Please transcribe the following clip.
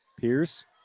Pierce